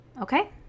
Okay